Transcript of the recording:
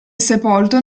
sepolto